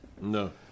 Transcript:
No